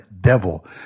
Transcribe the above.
devil